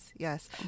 Yes